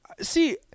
see